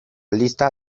lista